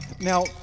Now